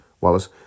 Wallace